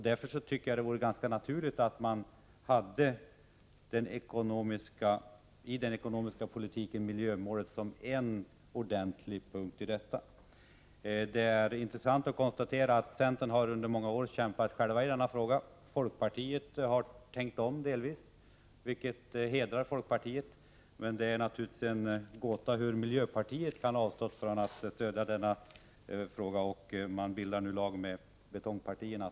Därför tycker jag att det vore ganska naturligt, om man i den ekonomiska politiken hade miljömålet som en viktig punkt. Det är intressant att konstatera att centerpartiet under många år har kämpat i denna fråga. Folkpartiet har delvis tänkt om, vilket hedrar folkpartiet. Men det är en gåta att miljöpartiet kan avstå från att ge sitt stöd. Nu ansluter sig miljöpartiet till de s.k. betongpartierna.